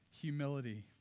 humility